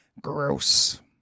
Gross